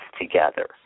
together